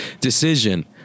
Decision